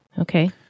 Okay